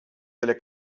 delle